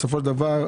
בסופו של דבר,